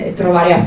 trovare